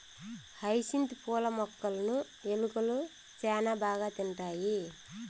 hyacinth పూల మొక్కలును ఎలుకలు శ్యాన బాగా తింటాయి